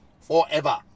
forever